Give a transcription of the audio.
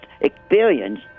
experience